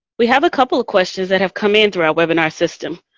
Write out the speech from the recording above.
we have a couple of questions that have come in through our webinar system.